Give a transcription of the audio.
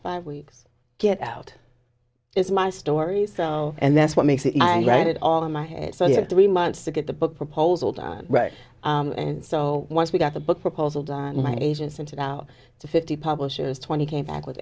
five weeks get out is my stories and that's what makes it i write it all in my head so you have three months to get the book proposal done right and so once we got the book proposal done my agent sent it out to fifty publishers twenty came back with